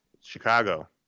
Chicago